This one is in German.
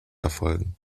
erfolgen